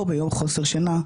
או ביום חוסר שינה,